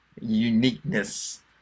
uniqueness